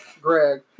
Greg